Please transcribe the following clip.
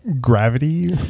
gravity